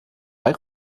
bei